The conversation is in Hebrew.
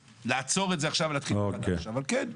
לעצור את זה עכשיו ולהתחיל מחדש אבל כן,